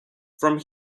from